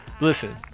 Listen